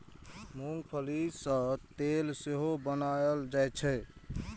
मूंंगफली सं तेल सेहो बनाएल जाइ छै